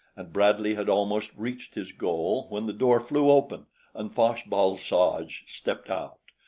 and bradley had almost reached his goal when the door flew open and fosh-bal-soj stepped out.